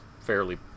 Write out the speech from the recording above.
fairly